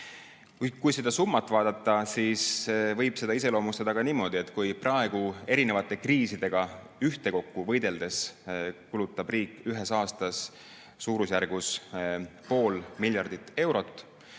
Kui seda summat vaadata, siis võib seda iseloomustada ka niimoodi, et kui praegu erinevate kriisidega võideldes kulutab riik ühes aastas ühtekokku suurusjärgus pool miljardit eurot,